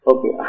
Okay